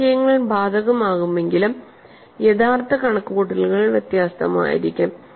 ആശയങ്ങൾ ബാധകമാകുമെങ്കിലും യഥാർത്ഥ കണക്കുകൂട്ടലുകൾ വ്യത്യസ്തമായിരിക്കും